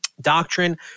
Doctrine